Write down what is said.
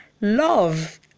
love